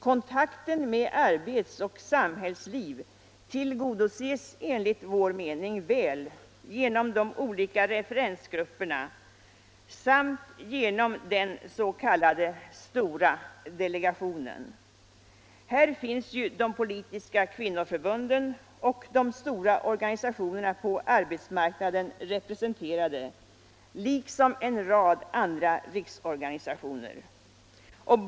Kontakten med arbetsoch samhällsliv tillgodoses enligt vår mening väl genom de olika referensgrupperna samt genom den s.k. stora delegationen. Här finns ju de politiska kvinnoförbunden och de stora organisationerna på arbetsmarknaden representerade liksom en rad andra riksorganisationer.